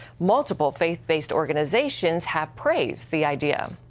multiple faith-based organizations have praised the idea.